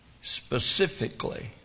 specifically